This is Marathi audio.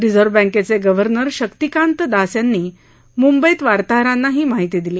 रिझर्व्ह बँकेचे गव्हर्नर शक्तिकांत दास यांनी मुंबईत वार्ताहरांना ही माहिती दिली